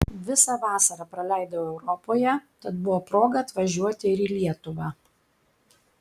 visą vasarą praleidau europoje tad buvo proga atvažiuoti ir į lietuvą